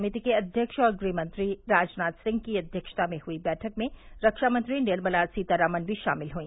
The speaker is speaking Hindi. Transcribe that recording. समिति के अध्यक्ष और गृहमंत्री राजनाथ सिंह की अध्यक्षता में हुई बैठक में रक्षामंत्री निर्मला सीतारमन भी शामिल हुई